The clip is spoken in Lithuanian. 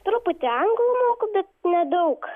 truputį anglų moku bet nedaug